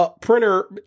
printer